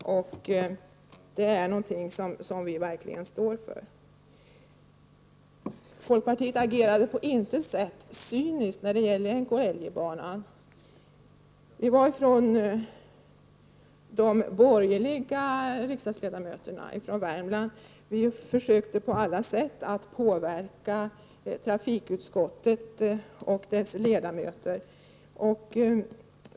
Den är någonting som vi verkligen står för. Folkpartiet agerade på intet sätt cyniskt när det gällde NKIJ-banan. De borgerliga riksdagsledamöterna från Värmland försökte på alla sätt att påverka trafikutskottets ledamöter.